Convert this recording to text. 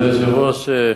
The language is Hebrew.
אדוני היושב-ראש,